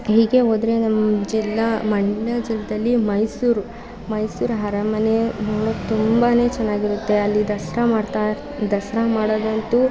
ಹೀಗೆ ಹೋದ್ರೆ ನಮ್ಮ ಜಿಲ್ಲಾ ಮಂಡ್ಯ ಜಿಲ್ಲೆಯಲ್ಲಿ ಮೈಸೂರು ಮೈಸೂರು ಅರಮನೆ ನೋಡೋಕ್ ತುಂಬಾ ಚೆನ್ನಾಗಿರುತ್ತೆ ಅಲ್ಲಿ ದಸರಾ ಮಾಡ್ತಾ ದಸರಾ ಮಾಡೋದಂತೂ